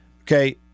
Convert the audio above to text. okay